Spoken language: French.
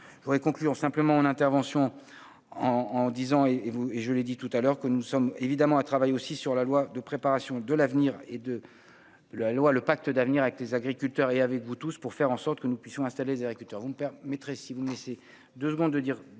voudrais concluons simplement intervention en en disant et et vous, et je l'ai dit tout à l'heure que nous sommes évidemment travaille aussi sur la loi de préparation de l'avenir et de la loi, le Pacte d'avenir avec les agriculteurs et avec vous tous pour faire en sorte que nous puissions installer les agriculteurs,